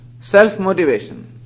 Self-motivation